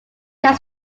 can